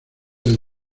del